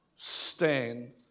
stand